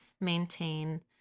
maintain